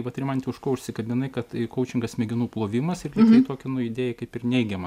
vat rimante už ko užsikabinai kad kaučingas smegenų plovimas ir lygtai tokį nu įdėjai kaip ir neigiamą